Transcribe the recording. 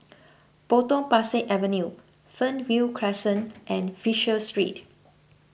Potong Pasir Avenue Fernvale Crescent and Fisher Street